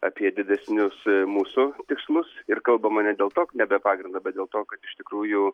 apie didesnius mūsų tikslus ir kalbama ne dėl to ne be pagrindo bet dėl to kad iš tikrųjų